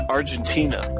Argentina